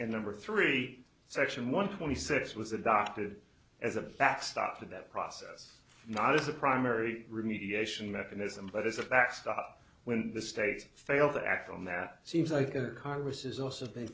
and number three section one twenty six was adopted as a backstop to that process not as a primary remediation mechanism but as a backstop when the states failed to act on that seems like a congress has also been